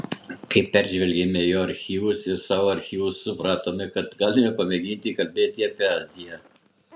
kai peržvelgėme jo archyvus ir savo archyvus supratome kad galime pamėginti kalbėti apie aziją